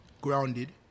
grounded